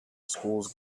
schools